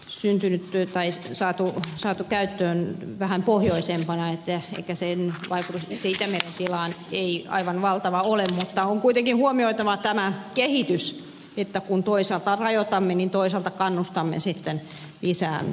syntynyt työ tai kuitenkin saatu käyttöön vähän pohjoisempana eikä sen vaikutus itämeren tilaan aivan valtava ole mutta on kuitenkin huomioitava tämä kehitys että kun toisaalta rajoitamme niin toisaalta kannustamme sitten lisää viljelyyn